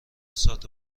سات